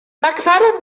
mcfadden